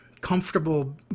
comfortable